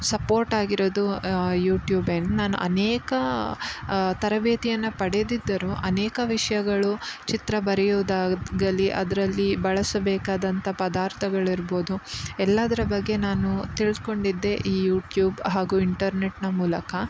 support ಆಗಿರೋದು ಯೂಟ್ಯೂಬೇ ನಾನು ಅನೇಕ ತರಬೇತಿಯನ್ನು ಪಡೆದಿದ್ದರೂ ಅನೇಕ ವಿಷಯಗಳು ಚಿತ್ರ ಬರೆಯೋದಾಗಲಿ ಅದರಲ್ಲಿ ಬಳಸಬೇಕಾದಂಥ ಪದಾರ್ಥಗಳಿರ್ಬೋದು ಎಲ್ಲದ್ರ ಬಗ್ಗೆ ನಾನು ತಿಳ್ಕೊಂಡಿದ್ದೇ ಈ ಯೂಟ್ಯೂಬ್ ಹಾಗೂ ಇಂಟರ್ನೆಟ್ಟಿನ ಮೂಲಕ